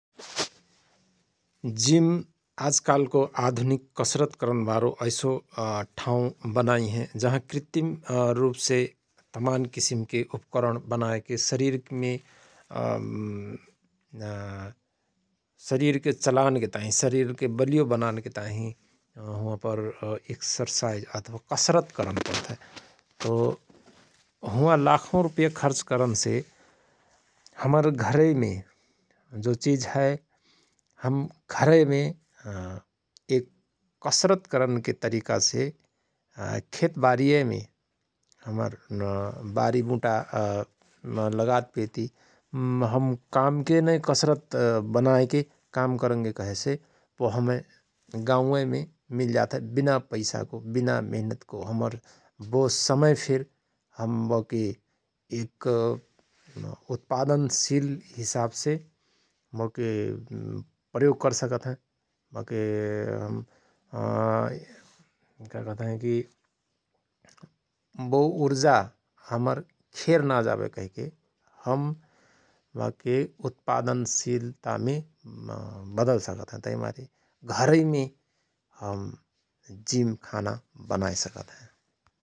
जिम आजकालको आधुनिक कसरत करनबारो ऐसो ठाउँ बनाई हयँ जहाँ कृत्रिम रुपसे तमान किसिमके उपकरण बनाएके शरीरमे शरीरके चलानके ताहिँ शरीर बलियो बनानके ताहिँ तओ हुंवा हुआं पर इक्सरसाईज अथवा कसरत करन पणत हय तओ हुंवा लाखौ रुपैया खर्च करनसे हमर घरैमे जो चिझ हय घरैमे एक कसरत करनके तरिकासे खेतवारीअयमे हम बारी बुटा लगात पेती हम कामकेनै कसरत बनाएके काम करंगे कहेसे बो हमय गाउएमे मिलजात हय । विना पैसाको विना मेहनतको हमर वो समय फिर हम बाके एक उत्पादन सिल हिसाबसे बोके प्रयोग करसकत हयं क कहत हयं कि वो उर्जा हमर खेर ना जावय कहिके हम बाके उत्पादनसिलतामे बदल सकत हयं तहिमारे घरैमे जिम खाना बनाएसकत हयं ।